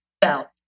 belt